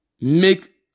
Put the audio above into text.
Make